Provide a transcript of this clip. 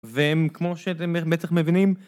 והם כמו שאתם בטח מבינים